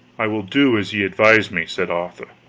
i will do as ye advise me, said arthur.